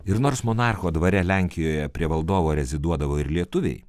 ir nors monarcho dvare lenkijoje prie valdovo reziduodavo ir lietuviai